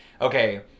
okay